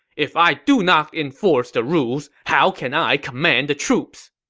if i do not enforce the rules, how can i command the troops?